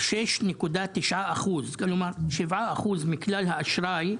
6.9 אחוז, כלומר, שבעה אחוז מכלל האשראי,